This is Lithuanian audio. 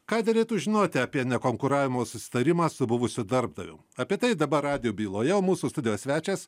ką derėtų žinoti apie nekonkuravimo susitarimą su buvusiu darbdaviu apie tai dabar radijo byloje mūsų studijos svečias